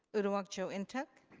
uduak joe and ntuk?